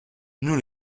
nous